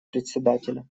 председателя